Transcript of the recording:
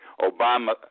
Obama